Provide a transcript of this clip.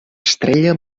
estrella